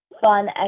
fun